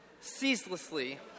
Ceaselessly